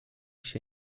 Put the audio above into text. się